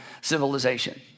civilization